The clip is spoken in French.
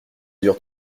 dure